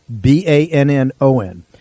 B-A-N-N-O-N